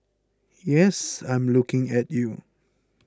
yes I'm looking at you